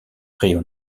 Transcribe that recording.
río